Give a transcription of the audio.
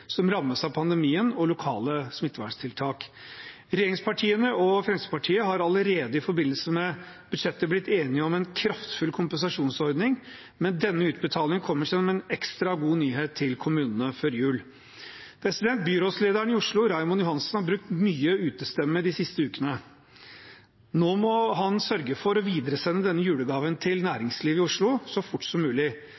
som rammes av pandemien og lokale smitteverntiltak. Regjeringspartiene og Fremskrittspartiet har allerede i forbindelse med budsjettet blitt enige om en kraftfull kompensasjonsordning, men denne utbetalingen kommer som en ekstra god nyhet til kommunene før jul. Byrådslederen i Oslo, Raymond Johansen, har brukt mye utestemme de siste ukene. Nå må han sørge for å videresende denne julegaven til